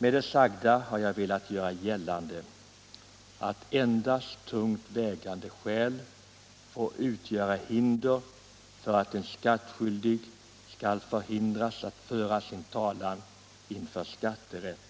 Med detta har jag velat göra gällande att endast tungt vägande skäl får utgöra anledning till att en skattskyldig förhindras att föra sin talan inför skatterätt